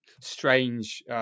strange